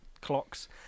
clocks